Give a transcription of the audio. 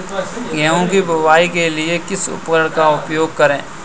गेहूँ की बुवाई के लिए किस उपकरण का उपयोग करें?